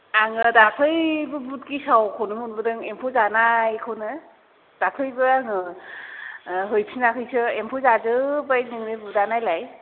आङो दाखालैबो बुट गेसावखौनो मोनबोदों एम्फौ जानायखौनो दाखालैबो आङो ओ हैफिनाखैसो एम्फौ जाजोब्बाय नोंनि बुटा नायलाय